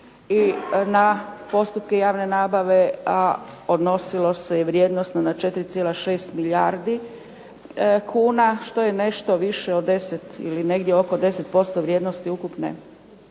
i na postupke javne nabave a odnosilo se i vrijednost na 4.6 milijardi kuna što je nešto više od 10, ili negdje oko 10% ukupne